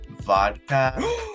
vodka